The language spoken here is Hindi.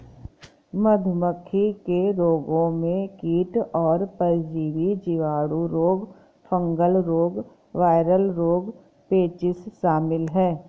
मधुमक्खी के रोगों में कीट और परजीवी, जीवाणु रोग, फंगल रोग, वायरल रोग, पेचिश शामिल है